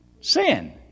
sin